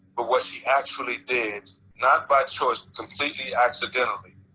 but what she actually did, not by choice completely accidentally,